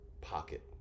pocket